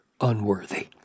unworthy